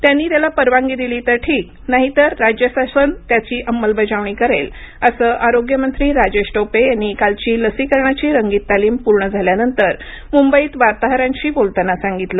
त्यांनी त्याला परवानगी दिली तर ठीक नाहीतर राज्य शासन त्याची अमंलबजावणी करेल असं आरोग्यमंत्री राजेश टोपे यांनी कालची लसीकरणाची रंगीत तालीम पूर्ण झाल्यानंतर मुंबईत वार्ताहरांशी बोलताना सांगितलं